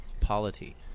polity